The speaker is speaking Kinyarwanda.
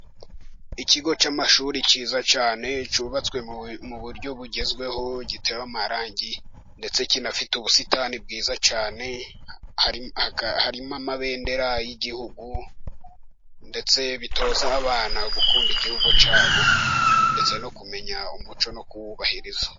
Ikigo cy'amashuri kiza cyane, cyubatswe mu buryo bugezweho gitewe amarangi, ndetse kinafite ubusitani bwiza cyane. Harimo amabendera y'igihugu ndetse, bitoza abana gukunda igihugu cyabo, ndetse no kumenya umuco no kuwubahiriza.